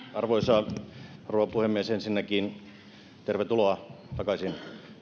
arvoisa rouva puhemies ensinnäkin tervetuloa takaisin